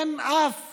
אין אף